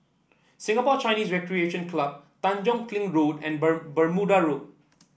Singapore Chinese Recreation Club Tanjong Kling Road and Ber Bermuda Road